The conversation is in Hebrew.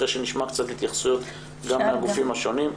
אחרי שנשמע קצת התייחסויות מהגופים השונים.